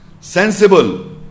Sensible